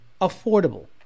affordable